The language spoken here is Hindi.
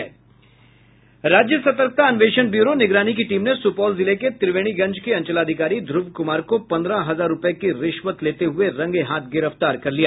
राज्य सतर्कता अन्वेषण ब्यूरो निगरानी की टीम ने सुपौल जिले के त्रिवेणीगंज के अंचलाधिकारी ध्र्व कुमार को पन्द्रह हजार रूपये की रिश्वत लेते हुए रंगेहाथ गिरफ्तार कर लिया